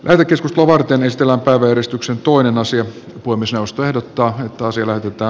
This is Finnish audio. merikeskus ovat tennis pelataan uudistuksen toinen asia kuin seosta jota hän toisille pitää